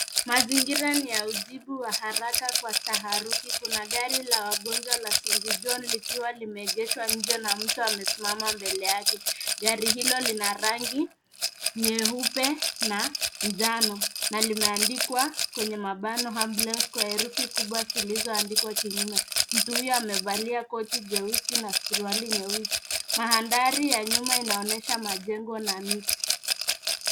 Mazingira ni ya ujibu wa haraka kwa taharuki. Kuna gari la wagonjwa la St. John likiwa limeegeshwa nje na mtu amesimama mbele yake. Gari hilo lina rangi nyeupe na njano na limeandikwa kwenye mabano ambulance kwa herufi kubwa zilizoandikwa kinyume. Mtu huyo amevalia koti jeusi na suruali nyeusi. Mandhari ya nyuma inaonyesha majengo na miti.